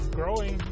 growing